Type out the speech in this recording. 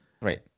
Right